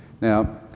Now